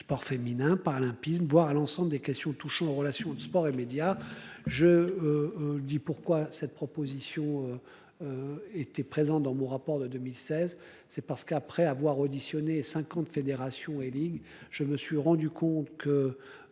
sport féminin. Boire à l'ensemble des questions touchant aux relations. Sport et médias je. Dis pourquoi cette proposition. Étaient présents dans mon rapport de 2016, c'est parce qu'après avoir auditionné 50 fédérations et ligues je me suis rendu compte que.